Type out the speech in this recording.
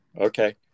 okay